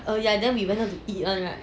uh ya then we went down to eat [one] [right]